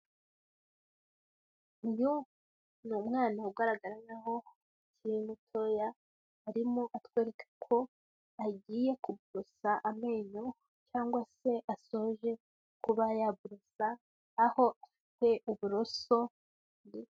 Uyu ni umwana ugaragara nka'ho akiri mutoya, arimo atwereka ko agiye kuborosa amenyo cyangwa se asoje kuba yaborosa, aho afite uburoso.